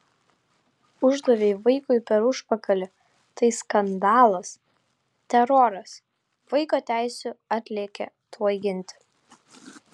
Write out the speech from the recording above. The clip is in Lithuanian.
uždavei vaikui per užpakalį tai skandalas teroras vaiko teisių atlėkė tuoj ginti